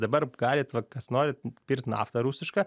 dabar galit va kas norit pirkt naftą rusišką